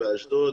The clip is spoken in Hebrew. אשדוד.